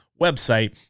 website